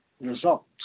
result